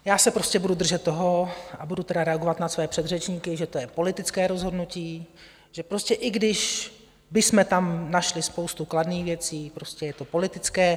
Já se prostě budu držet toho, a budu teda reagovat na své předřečníky, že to je politické rozhodnutí, že prostě i když bychom tam našli spoustu kladných věcí, prostě je to politické.